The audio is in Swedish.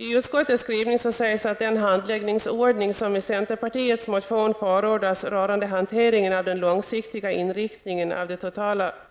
I utskottets skrivning sägs att den handläggningsordning som i centerpartiets motion förordas rörande hanteringen av den långsiktiga inriktningen av